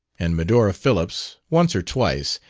and medora phillips, once or twice,